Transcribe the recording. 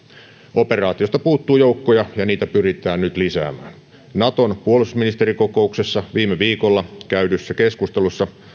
operaatiosta puuttuu joukkoja ja niitä pyritään nyt lisäämään naton puolustusministerikokouksessa viime viikolla käydyssä keskustelussa